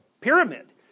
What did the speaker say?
pyramid